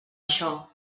això